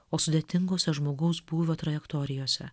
o sudėtingose žmogaus būvio trajektorijose